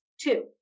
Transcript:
two